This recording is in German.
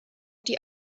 die